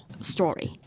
story